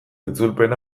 itzulpena